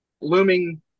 looming